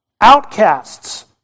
outcasts